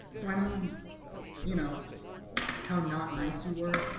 so and um you know how not nice you were